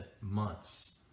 months